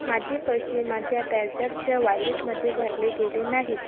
माझे पैसे माझ्या पॅझॅपच्या वायलेटमध्ये भरले गेले नाहीत